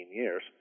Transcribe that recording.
years